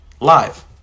live